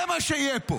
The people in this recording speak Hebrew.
זה מה שיהיה פה.